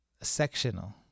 sectional